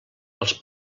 als